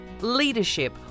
leadership